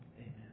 Amen